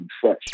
fresh